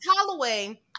Holloway